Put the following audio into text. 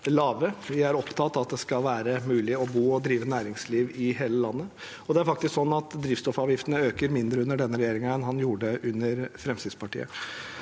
lave. Vi er opptatt av at det skal være mulig å bo og drive næringsliv i hele landet. Det er faktisk sånn at drivstoffavgiftene øker mindre under denne regjeringen enn de gjorde under Fremskrittspartiet.